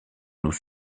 nous